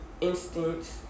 instance